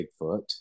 Bigfoot